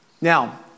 Now